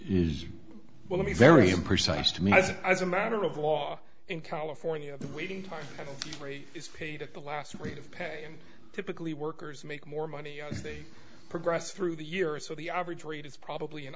is well be very precise to me as a matter of law in california the waiting time is paid at the last rate of pay and typically workers make more money as they progress through the year so the average rate is probably an